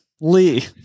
Lee